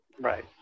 right